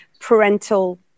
parental